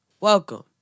Welcome